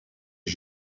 des